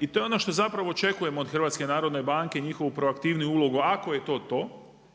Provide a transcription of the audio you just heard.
i to je ono što očekujemo od HNB-a njihovu proaktivniju ulogu. Ako je to to,